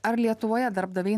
ar lietuvoje darbdaviai